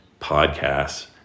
podcasts